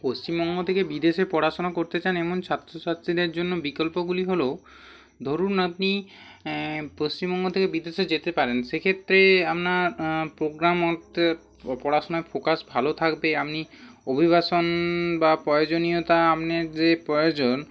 পশ্চিমবঙ্গ থেকে বিদেশে পড়াশোনা করতে চান এমন ছাত্র ছাত্রীদের জন্য বিকল্পগুলি হলো ধরুন আপনি পশ্চিমবঙ্গ থেকে বিদেশে যেতে পারেন সেক্ষেত্রে আপনার প্রোগ্রাম অর্থাৎ পড়াশুনায় ফোকাস ভালো থাকবে আপনি অভিবাসন বা প্রয়োজনীয়তা আপনার যে প্রয়োজন